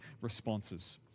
responses